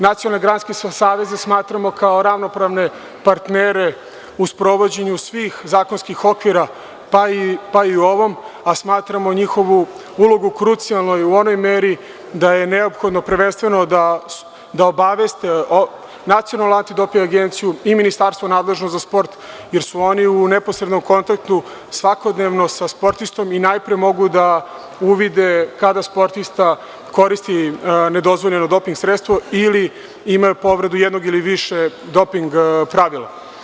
Nacionalne granske saveze smatramo kao ravnopravne partnere u sprovođenju svih zakonskih okvira, pa i u ovom, a smatramo njihovu ulogu krucijalnu u onoj meri da je neophodno prvenstveno da obaveste Nacionalnu antidoping agenciju i ministarstvo nadležno za sport, jer su oni u neposrednom kontaktu svakodnevno sa sportistom i najpre mogu da uvide kada sportista koristi nedozvoljeno doping sredstvo ili imaju povredu jednog ili više doping pravila.